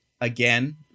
again